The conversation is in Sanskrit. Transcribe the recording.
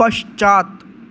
पश्चात्